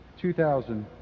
2000